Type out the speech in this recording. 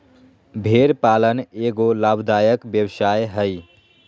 भेड़ पालन एगो लाभदायक व्यवसाय हइ